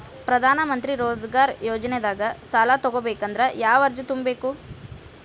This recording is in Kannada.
ಪ್ರಧಾನಮಂತ್ರಿ ರೋಜಗಾರ್ ಯೋಜನೆದಾಗ ಸಾಲ ತೊಗೋಬೇಕಂದ್ರ ಯಾವ ಅರ್ಜಿ ತುಂಬೇಕು?